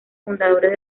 fundadores